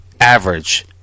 average